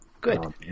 Good